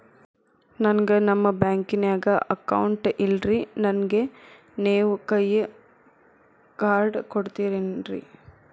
ನನ್ಗ ನಮ್ ಬ್ಯಾಂಕಿನ್ಯಾಗ ಅಕೌಂಟ್ ಇಲ್ರಿ, ನನ್ಗೆ ನೇವ್ ಕೈಯ ಕಾರ್ಡ್ ಕೊಡ್ತಿರೇನ್ರಿ?